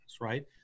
right